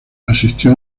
asistió